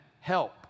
help